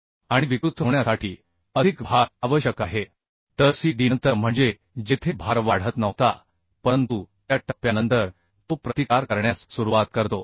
आणि डीफॉर्मेशन होण्यासाठी अधिक भार आवश्यक आहे तर CD नंतर म्हणजे जेथे भार वाढत नव्हता परंतु त्या टप्प्यानंतर तो प्रतिकार करण्यास सुरुवात करतो